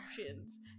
options